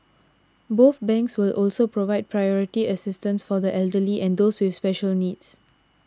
both banks will also provide priority assistance for the elderly and those with special needs